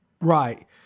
right